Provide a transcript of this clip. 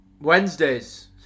Wednesdays